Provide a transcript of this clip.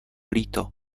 líto